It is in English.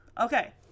okay